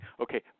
Okay